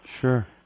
Sure